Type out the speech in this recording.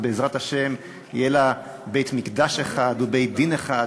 ובעזרת השם יהיה לה בית-מקדש אחד ובית-דין אחד,